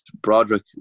Broderick